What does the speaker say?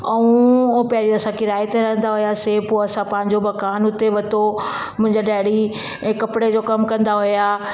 ऐं उहे पहिरियों असां किराए ते रहंदा हुआसीं पोइ असां पंहिंजो मकानु हुते वरितो मुंहिंजा डैडी इहे कपिड़े जो कमु कंदा हुआ